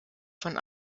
von